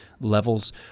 levels